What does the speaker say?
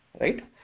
right